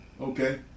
okay